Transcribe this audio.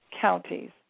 counties